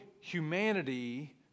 humanity